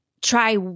try